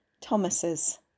Thomas's